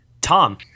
Tom